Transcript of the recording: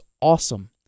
awesome